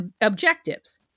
objectives